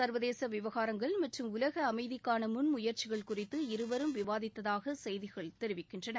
சர்வதேச விவகாரங்கள் மற்றும் உலக அமைதிக்கான முன் முயற்சிகள் குறித்து இருவரும் விவாதித்ததாக செய்திகள் தெரிவிக்கின்றன